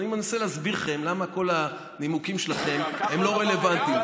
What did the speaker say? אני מנסה להסביר לכם למה כל הנימוקים שלכם לא רלוונטיים,